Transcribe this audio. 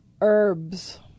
herbs